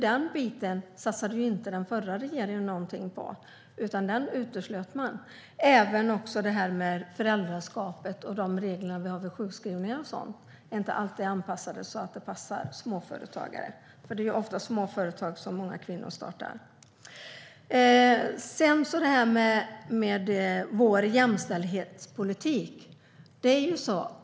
Den biten satsade inte den förra regeringen någonting på, utan den uteslöt man. Dessutom är de regler vi har vid föräldraskap, sjukskrivningar med mera inte alltid anpassade till småföretagare, och det är oftast småföretag kvinnor startar. Sedan gällde det vår jämställdhetspolitik.